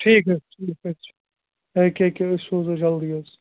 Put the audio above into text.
ٹھیٖک حظ ٹھیٖک حظ چھُ أکیاہ أکیٛاہ أسۍ سَوزَو جلدی حظ